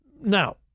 Now